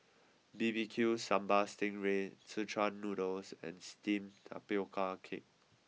B B Q Sambal Sting Ray Szechuan Noodle and Steamed Tapioca Cake